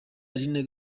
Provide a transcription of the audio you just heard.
aline